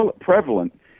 prevalent